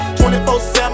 24-7